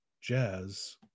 jazz